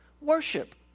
Worship